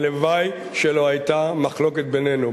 הלוואי שלא היתה מחלוקת בינינו.